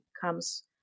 comes